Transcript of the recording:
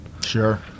Sure